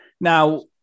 Now